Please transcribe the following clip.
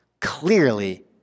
Clearly